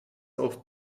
auf